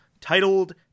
titled